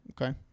Okay